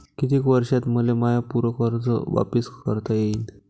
कितीक वर्षात मले माय पूर कर्ज वापिस करता येईन?